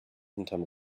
hinterm